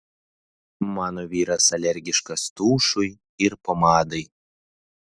mano vyras alergiškas tušui ir pomadai